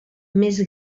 més